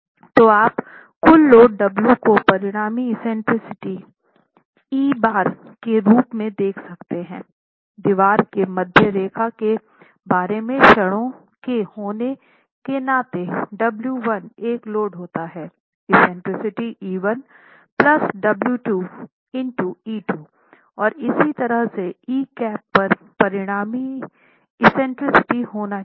तो आप कुल लोड डब्ल्यू को परिणामी एक्सेंट्रिसिटीके रूप में देख सकते हैं दीवार के मध्य रेखा के बारे में क्षणों से होने के नाते डब्ल्यू 1 एक लोड होता है eccentricity e 1 plus W 2 into e 2 और इसी तरह ई कैप पर परिणामी एक्सेंट्रिसिटी होना चाहिए